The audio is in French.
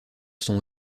son